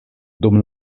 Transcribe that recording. dum